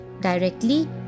directly